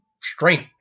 strength